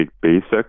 basic